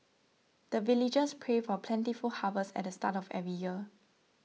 the villagers pray for plentiful harvest at the start of every year